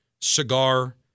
cigar